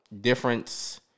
difference